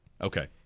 Okay